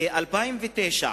ב-2009,